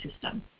system